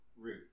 Ruth